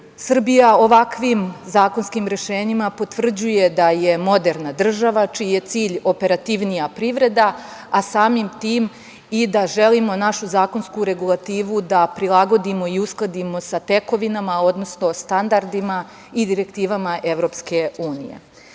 Srbija ovakvim zakonskim rešenjima potvrđuje da je moderna država, čiji je cilj operativnija privreda, a samim tim i da želimo da našu zakonsku regulativu da prilagodimo i uskladimo sa tekovinama, odnosno standardima i direktivama EU.Uvođenje